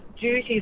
duties